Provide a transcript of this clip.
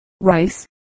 Rice